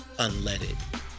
unleaded